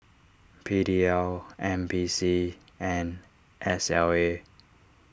P D L N P C and S L A